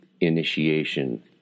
initiation